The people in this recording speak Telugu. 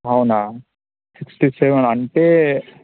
అవునా సిక్స్టీ సెవెన్ అంటే